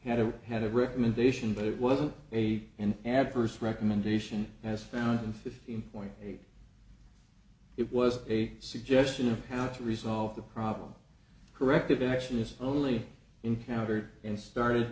had a head of recommendation but it wasn't a an adverse recommendation as found in fifteen point eight it was a suggestion of how to resolve the problem corrective action is only encountered and started